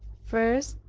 first,